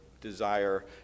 desire